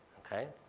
okay?